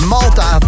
Malta